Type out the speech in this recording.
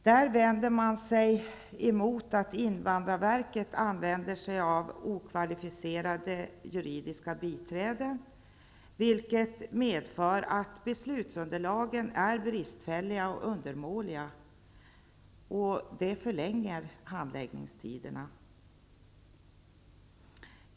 Där vänder man sig främst mot att invandrarverket använder sig av okvalificerade juridiska biträden, vilket medför att beslutsunderlagen är bristfälliga och undermåliga. Detta förlänger handläggningstiderna.